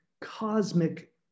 cosmic